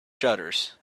shutters